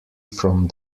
from